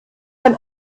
ein